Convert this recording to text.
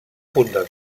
wunder